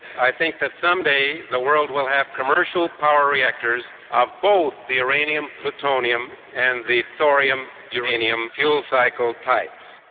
i think that some day the world will have commercial power reactors of both the uranium-plutonium and the thorium-uranium fuel cycle types.